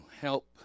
help